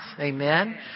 Amen